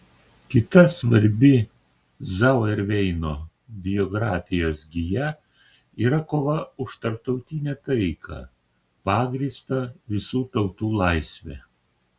kita svarbi zauerveino biografijos gija yra kova už tarptautinę taiką pagrįstą visų tautų laisve